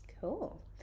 cool